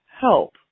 help